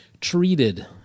treated